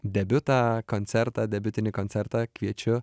debiutą koncertą debiutinį koncertą kviečiu